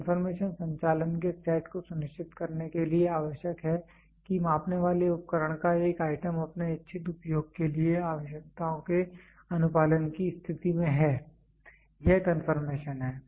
conformation संचालन के set को सुनिश्चित करने के लिए आवश्यक है कि मापने वाले उपकरण का एक आइटम अपने इच्छित उपयोग के लिए आवश्यकताओं के अनुपालन की स्थिति में है यह कन्फर्मेशन है